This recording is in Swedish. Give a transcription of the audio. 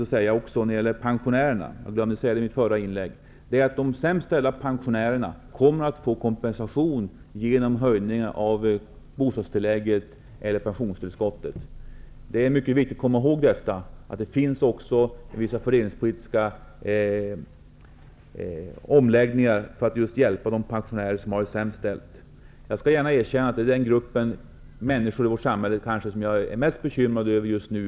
Jag vill också poängtera -- jag glömde att säga det i mitt förra inlägg -- att de sämst ställda pensionärerna kommer att få kompensation genom höjningen av bostadstillägget eller pensionstillskottet. Det är viktigt att komma ihåg att det också finns vissa fördelningspolitiska omläggningar som har gjorts i syfte att hjälpa de pensionärer som har det sämst ställt. Jag skall villigt erkänna att pensionärerna är den grupp i vårt samhälle som jag just nu bekymrar mig mest för.